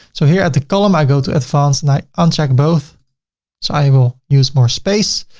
so here at the column, i go to advanced and i uncheck both. so i will use more space.